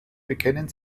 bekennen